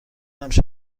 همیشه